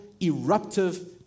eruptive